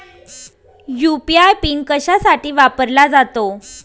UPI pin कशासाठी वापरला जातो?